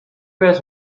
بهت